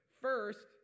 First